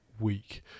week